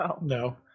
No